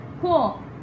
Cool